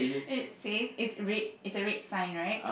it says it's red it's a red sign right